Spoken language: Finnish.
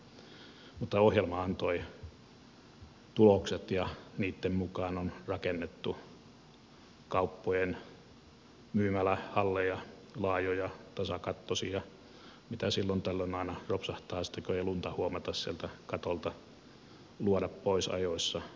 ohjelma antoi tulokset ja niitten mukaan on rakennettu kauppojen myymälähalleja laajoja tasakattoisia mitä silloin tällöin aina ropsahtaa sitten kun ei lunta huomata sieltä katolta luoda pois ajoissa